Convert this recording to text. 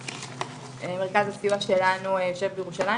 מרכז הסיוע שלנו יושב בירושלים,